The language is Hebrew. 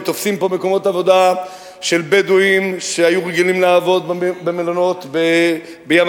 ותופסים פה מקומות עבודה של בדואים שהיו רגילים לעבוד במלונות בים-המלח,